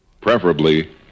preferably